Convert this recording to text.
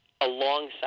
alongside